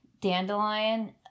Dandelion